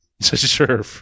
Sure